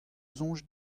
soñj